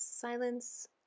Silence